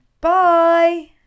Bye